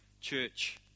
church